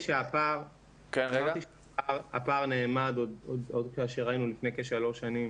כאשר היינו לפני כשלוש שנים